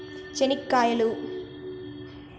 చెనిక్కాయలు